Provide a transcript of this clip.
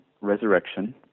resurrection